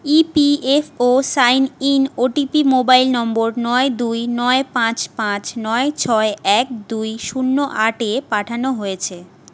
E P F O sign in O T P mobile number নয় দুই নয় পাঁচ পাঁচ নয় ছয় এক দুই শূন্য আটে পাঠানো হয়েছে